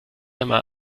einmal